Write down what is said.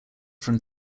from